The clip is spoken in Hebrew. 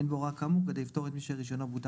אין בהוראה כאמור כדי לפטור את מי שרישיונו בוטל